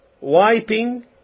wiping